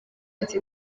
ati